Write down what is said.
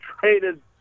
traded